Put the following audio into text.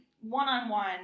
one-on-one